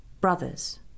brothers